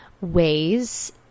ways